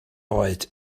oed